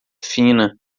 fina